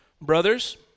brothers